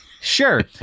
sure